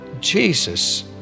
Jesus